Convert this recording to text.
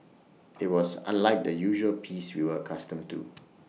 IT was unlike the usual peace we were accustomed to